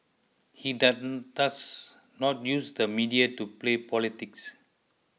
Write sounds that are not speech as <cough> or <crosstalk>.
he <unintelligible> does not use the media to play politics